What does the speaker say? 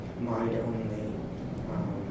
mind-only